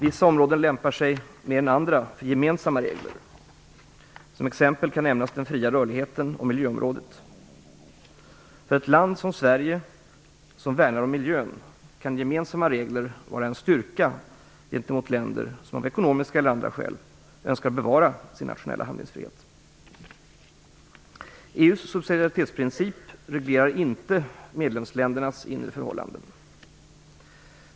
Vissa områden lämpar sig mer än andra för gemensamma regler. Som exempel kan nämnas den fria rörligheten och miljöområdet. För ett land som Sverige som värnar om miljön kan gemensamma regler vara en styrka gentemot länder som av ekonomiska eller andra skäl önskar bevara sin nationella handlingsfrihet. EU:s subsidiaritetsprincip reglerar inte medlemsländernas inre förhållanden.